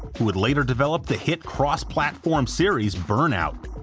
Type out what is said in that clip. who would later develop the hit cross-platform series burnout.